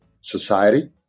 society